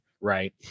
right